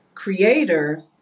creator